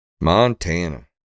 montana